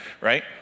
right